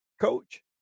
coach